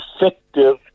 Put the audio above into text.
effective